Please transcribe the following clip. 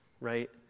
right